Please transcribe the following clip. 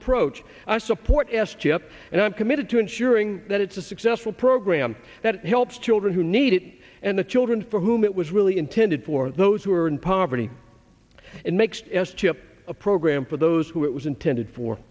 approach i support s chip and i'm committed to ensuring that it's a successful program that helps children who need it and the children for whom it was really intended for those who are in poverty and makes s chip a program for those who it was intended for